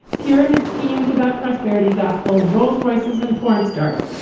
pyramid schemes about prosperity, gospel, rolls-royces and pornstars.